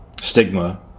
stigma